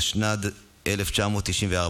התשנ"ד 1994,